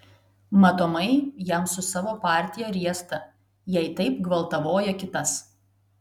matomai jam su savo partija riesta jei taip gvaltavoja kitas